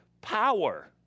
power